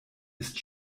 ist